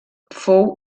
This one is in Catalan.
fou